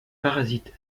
parasites